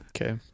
Okay